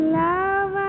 love